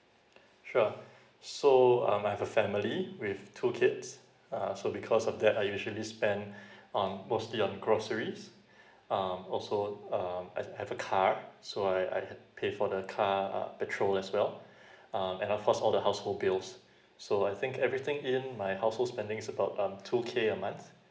sure so um I have a family with two kids uh so because of that I usually spend um mostly on groceries um also um I I have a car so I I pay for the car um petrol as well um and of course all the household bills so I think everything is in my household spending is about um two K a month